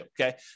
okay